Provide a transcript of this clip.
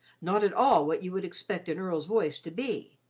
not at all what you would expect an earl's voice to be,